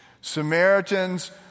Samaritans